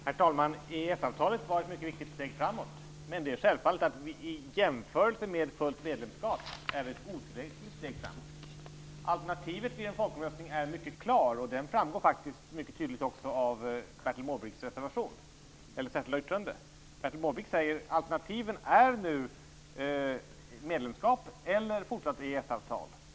Herr talman! EES-avtalet innebar ett mycket viktigt steg framåt, men i jämförelse med ett fullt medlemskap är det självfallet ett otillräckligt steg framåt. Alternativet vid en folkomröstning är mycket klart och framgår också tydligt av Bertil Måbrinks särskilda yttrande. Bertil Måbrink säger att alternativen nu är medlemskap eller fortsatt EES avtal.